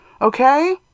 Okay